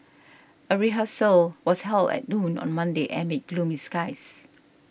a rehearsal was held at noon on Monday amid gloomy skies